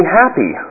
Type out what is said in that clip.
happy